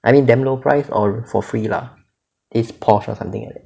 I mean damn low price or for free lah it's Porsche or something like that